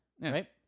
Right